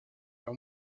leur